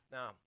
Now